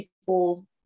people